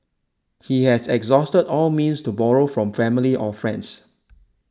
he had exhausted all means to borrow from family or friends